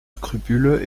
scrupule